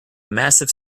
massive